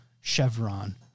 Chevron